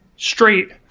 Straight